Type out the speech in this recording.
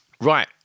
Right